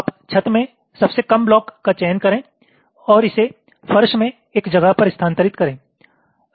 आप छत में सबसे कम ब्लॉक का चयन करें और इसे फर्श में एक जगह पर स्थानांतरित करें